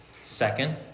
Second